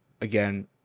again